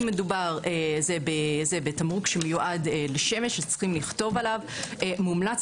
אם מדובר בתמרוק שמיועד לשמש יש לכתוב עליו: מומלץ